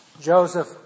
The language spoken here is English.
Joseph